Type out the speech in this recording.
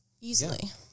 easily